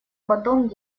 потом